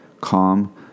calm